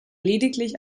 lediglich